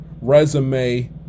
resume